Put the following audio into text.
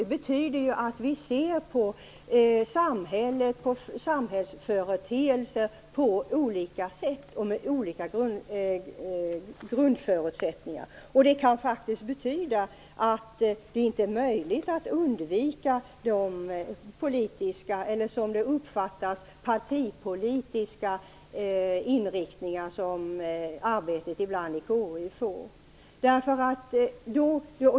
Det betyder ju att vi ser på samhället och samhällsföreteelser på olika sätt och med olika grundförutsättningar. Det kan faktiskt betyda att det inte är möjligt att undvika den politiska, eller som det uppfattas, partipolitiska inriktning som arbetet i KU ibland får.